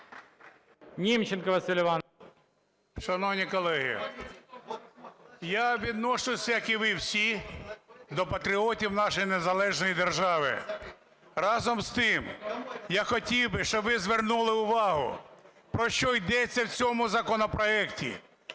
НІМЧЕНКО В.І. Шановні колеги, я відношусь, як і ви всі, до патріотів нашої незалежної держави. Разом з тим, я хотів би, щоб ви звернули увагу, про що йдеться в цьому законопроекті.